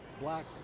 black